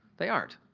they aren't.